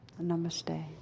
Namaste